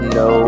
no